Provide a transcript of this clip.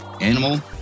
animal